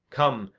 come!